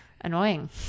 annoying